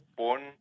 born